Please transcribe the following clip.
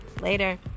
later